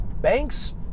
banks